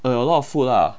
a lot of food lah